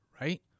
right